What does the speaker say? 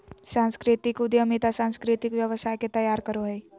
सांस्कृतिक उद्यमिता सांस्कृतिक व्यवसाय के तैयार करो हय